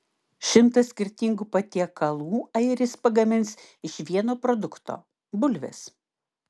šimtą skirtingų patiekalų airis pagamins iš vieno produkto bulvės